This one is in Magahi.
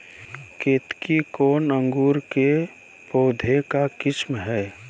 केतकी कौन अंकुर के पौधे का किस्म है?